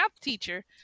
teacher